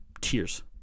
Tears